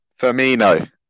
Firmino